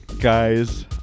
guys